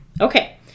Okay